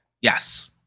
Yes